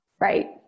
Right